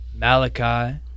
Malachi